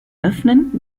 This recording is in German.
öffnen